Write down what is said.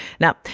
Now